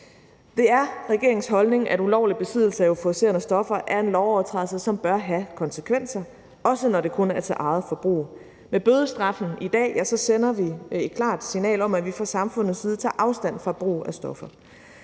Det er regeringens holdning, at ulovlig besiddelse af euforiserende stoffer er en lovovertrædelse, som bør have konsekvenser, også når det kun er til eget forbrug. Med bødestraffen i dag sender vi et klart signal om, at vi fra samfundets side tager afstand fra brug af stoffer.